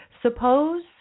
suppose